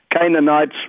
Canaanites